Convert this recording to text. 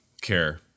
care